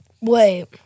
Wait